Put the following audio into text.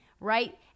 Right